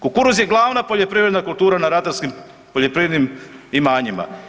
Kukuruz je glavna poljoprivredna kultura na ratarskim poljoprivrednim imanjima.